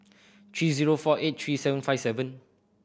three zero four eight three seven five seven